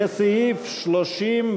לסעיף 32